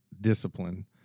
discipline